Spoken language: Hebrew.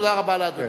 תודה רבה לאדוני.